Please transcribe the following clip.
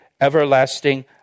everlasting